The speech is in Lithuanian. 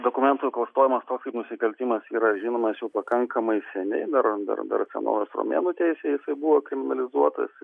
dokumento klastojimas toks kaip nusikaltimas yra žinomas jau pakankamai seniai dar dar senovės romėnų teisėj jisai buvo kriminalizuotas